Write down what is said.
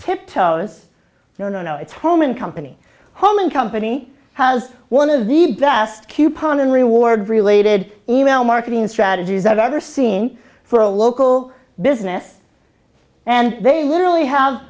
tiptoes no no no it's home and company homan company has one of the best coupon and rewards related email marketing strategies i've ever seen for a local business and they really have